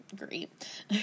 great